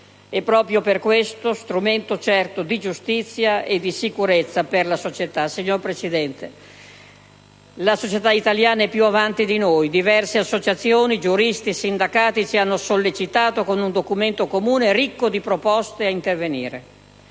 e, proprio per questo, strumento certo di giustizia e di sicurezza per la società. Signor Presidente, la società italiana è più avanti di noi: diverse associazioni, giuristi e sindacati ci hanno sollecitato, con un documento comune ricco di proposte, a intervenire.